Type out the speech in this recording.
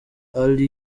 ally